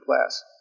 class